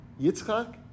Yitzchak